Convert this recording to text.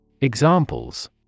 Examples